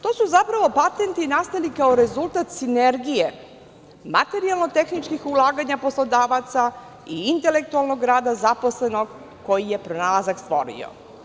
To su, zapravo, patenti nastali kao rezultat sinergije materijalno-tehničkih ulaganja poslodavaca i intelektualnog rada zaposlenog koji je pronalazak stvorio.